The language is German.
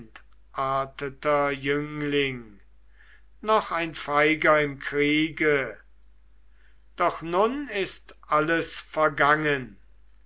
noch ein feiger im kriege doch nun ist alles vergangen